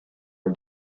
are